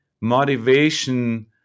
motivation